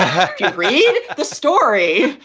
ah read the story.